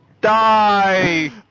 Die